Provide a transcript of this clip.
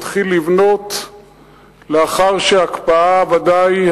מתחיל לבנות לאחר שההקפאה ודאי,